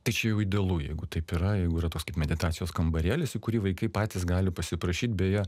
tai čia jau idealu jeigu taip yra jeigu yra toks kaip meditacijos kambarėlis į kurį vaikai patys gali pasiprašyt beje